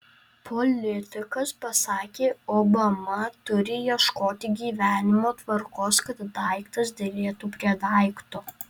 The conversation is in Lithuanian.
politikas pasakė obama turi ieškoti gyvenimo tvarkos kad daiktas derėtų prie daikto